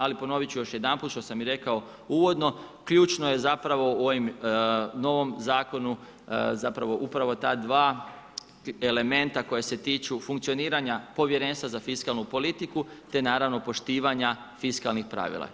Ali ponovit ću još jedanput, što sam i rekao uvodno, ključno je zapravo o ovom novom Zakonu zapravo upravo ta dva elementa koja se tiču funkcioniranja Povjerenstva za fiskalnu politiku, te naravno poštivanja fiskalnih pravila.